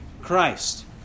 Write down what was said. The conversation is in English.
Christ